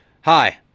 Hi